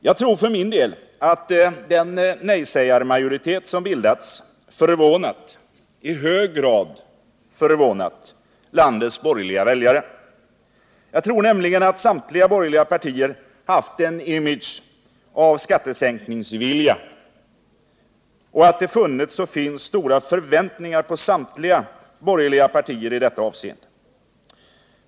Jag tror för min del att den nejsägarmajoritet som bildats förvånat — i hög grad förvånat — landets borgerliga väljare. Jag tror nämligen att samtliga borgerliga partier haft en image av skattesänkningsvilja och att det funnits — och finns — stora förväntningar på samtliga borgerliga partier i detta avseende.